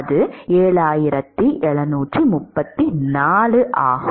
அது 7734 ஆகும்